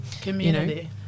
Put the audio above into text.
Community